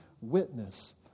witness